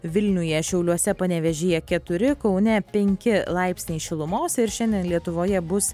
vilniuje šiauliuose panevėžyje keturi kaune penki laipsniai šilumos ir šiandien lietuvoje bus